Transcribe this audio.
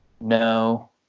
no